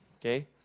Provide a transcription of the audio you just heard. okay